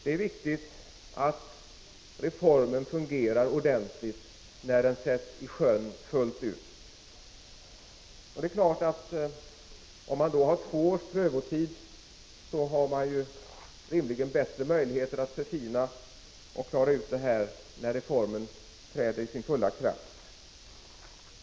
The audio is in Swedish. Det är viktigt att reformen fungerar ordentligt när den sätts i sjön fullt ut. Med två års prövotid har man rimligen bättre möjligheter att förfina systemet till dess reformen träder i full kraft.